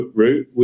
route